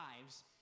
lives